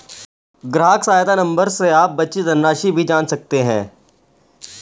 ग्राहक सहायता नंबर से आप बची धनराशि भी जान सकते हैं